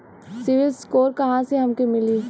CIBIL score कहाँसे हमके मिली?